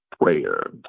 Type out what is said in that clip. prayer